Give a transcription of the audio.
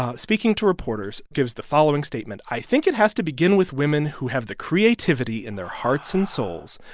ah speaking to reporters, gives the following statement i think it has to begin with women who have the creativity in their hearts and souls,